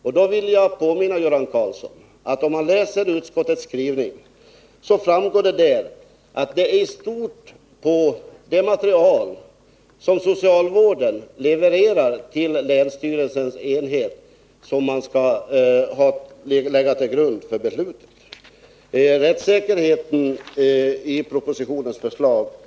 Jag vill påminna Göran Karlsson om att det av utskottets skrivning framgår att det i stort är det material som socialvården levererar till länsstyrelsens enhet som skall ligga till grund för beslutet. Kravet på rättssäkerhet är tillgodosett i propositionens förslag.